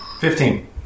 Fifteen